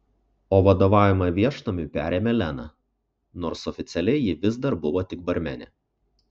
o vadovavimą viešnamiui perėmė lena nors oficialiai ji vis dar buvo tik barmenė